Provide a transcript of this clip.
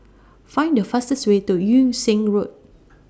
Find The fastest Way to Yung Sheng Road